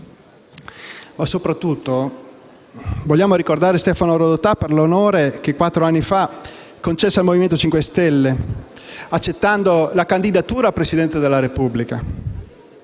Ma soprattutto vogliamo ricordare Stefano Rodotà per l'onore che quattro anni fa concesse al Movimento 5 Stelle accettando la candidatura a Presidente della Repubblica.